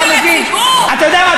אתה מבין, אתה יודע מה?